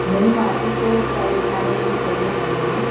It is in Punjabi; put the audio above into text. ਨਹੀਂ ਮਾਰਕੀਟ ਪ੍ਰਾਈਜ਼ ਨਾਲੋਂ ਤਾਂ ਸਹੀ ਲੱਗੀ ਮੈਨੂੰ